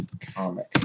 comic